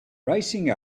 rising